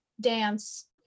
dance